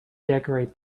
decorate